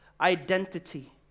identity